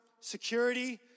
Security